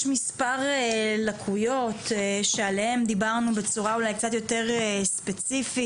יש מספר לקויות שעליהם דיברנו בצורה אולי קצת יותר ספציפית,